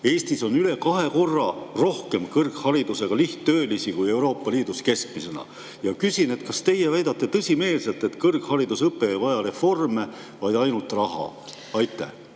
Eestis on üle kahe korra rohkem kõrgharidusega lihttöölisi kui Euroopa Liidus keskmisena. Küsin: kas teie väidate tõsimeelselt, et kõrgharidusõpe ei vaja reforme, vaid ainult raha? Suur